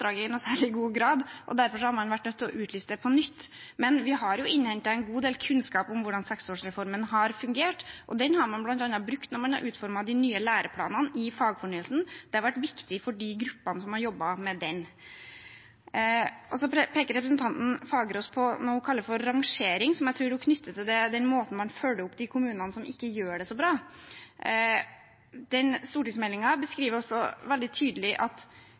oppdraget i særlig grad, derfor har man vært nødt til å utlyse det på nytt. Men vi har jo innhentet en god del kunnskap om hvordan seksårsreformen har fungert, og den har man bl.a. brukt når man har utformet de nye læreplanene i fagfornyelsen. Det har vært viktig for de gruppene som har jobbet med den. Så peker representanten Fagerås på noe hun kaller for rangering, som jeg tror hun knytter til den måten man følger opp de kommunene som ikke gjør det så bra på. Stortingsmeldingen beskriver veldig tydelig at